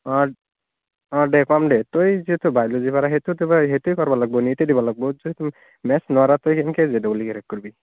অ' অ' দে ক'ম দে তই যিহেতু বায়লজি পাৰ সেইটোত সেইটোৱে কৰিব লাগিব নীটে দিব লাগিব মেটছ নৰা তই কেনেকৈ জে দবল ই ক্ৰেক কৰিবি